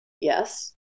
Yes